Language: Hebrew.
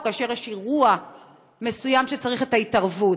כאשר יש אירוע מסוים שצריך את ההתערבות.